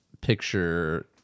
picture